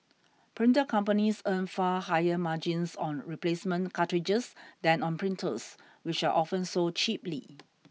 printer companies earn far higher margins on replacement cartridges than on printers which are often sold cheaply